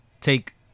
take